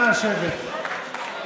נא לשבת במקומך.